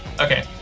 Okay